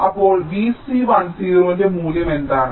അപ്പോൾ Vc10 ന്റെ മൂല്യം എന്താണ്